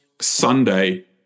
Sunday